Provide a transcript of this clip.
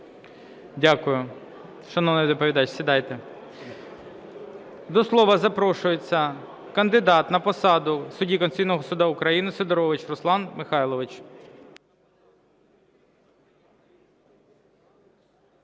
Дякую. Шановний доповідач, сідайте. До слова запрошується кандидат на посаду судді Конституційного Суду України Сидорович Руслан Михайлович.